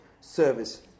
Service